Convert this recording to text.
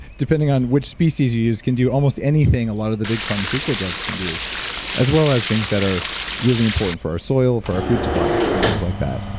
depending on which species you use, can do almost anything a lot of the big pharmaceutical drugs can do as well as things that are really important for our soil, for our food supply, and things like that.